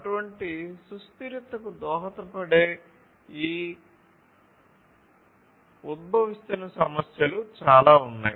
అటువంటి సుస్థిరతకు దోహదపడే ఈ ఉద్భవిస్తున్న సమస్యలు చాలా ఉన్నాయి